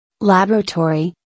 Laboratory